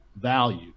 value